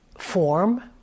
form